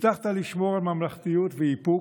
הצלחת לשמור על ממלכתיות ואיפוק.